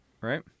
right